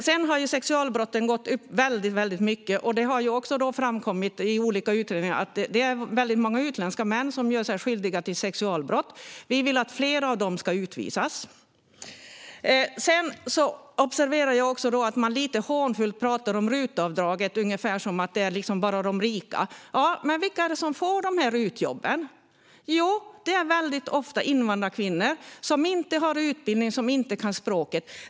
Sedan har sexualbrotten ökat väldigt mycket. Det har också framkommit i olika utredningar att det är väldigt många utländska män som gör sig skyldiga till sexualbrott. Vi vill att fler av dem ska utvisas. Jag observerar också att man lite hånfullt talar om RUT-avdraget, ungefär som att det är bara de rika som använder sig av det. Men vilka är det som får dessa RUT-jobb? Jo, det är ofta invandrarkvinnor som inte har utbildning och som inte kan språket.